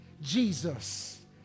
Jesus